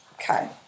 Okay